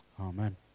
Amen